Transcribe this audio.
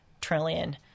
trillion